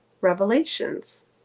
Revelations